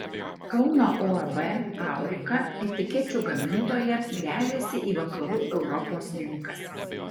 kauno uab aurika etikečių gamintoja gręžiasi į vakarų europos rinkas